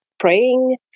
Praying